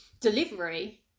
delivery